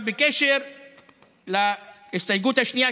בקשר להסתייגות השנייה,